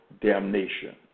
damnation